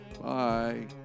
Bye